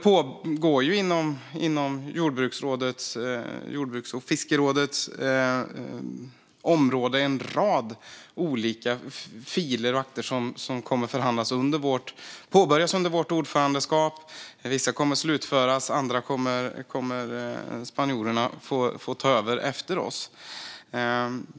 På jordbruks och fiskerådets område finns en rad olika filer och akter som man kommer att påbörja förhandlingarna om under vårt ordförandeskap. Vissa förhandlingar kommer att slutföras, och andra kommer spanjorerna att få ta över efter oss.